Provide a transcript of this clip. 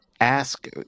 ask